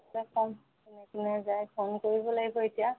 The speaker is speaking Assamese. ক'ম কোনে কোনে যায় ফোন কৰিব লাগিব এতিয়া